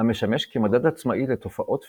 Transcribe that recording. המשמש כמדד עצמאי לתופעות פיזיקליות.